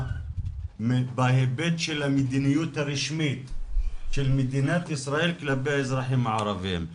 בהיבט של המדיניות הרשמית של מדינת ישראל כלפי האזרחים הערבים.